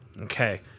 Okay